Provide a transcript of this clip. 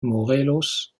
morelos